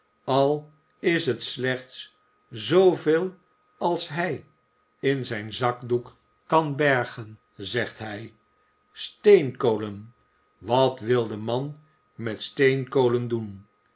al is het slechts zooveel als hij in zijn zakdoek kan bergen zegt hij steenkolen wat wil de man met steenkolen doen